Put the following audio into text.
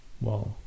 Wow